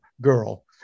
girl